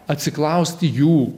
atsiklausti jų